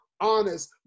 honest